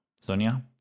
Sonia